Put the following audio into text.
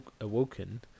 awoken